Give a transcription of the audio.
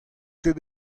ket